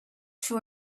two